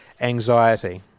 anxiety